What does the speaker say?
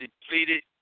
depleted